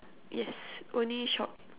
yes only shop